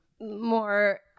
more